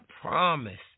promise